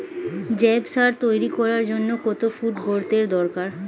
জৈব সার তৈরি করার জন্য কত ফুট গর্তের দরকার?